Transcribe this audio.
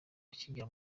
akigera